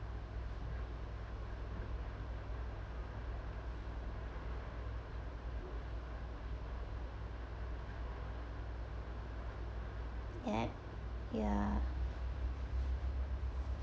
yup ya